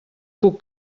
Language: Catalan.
puc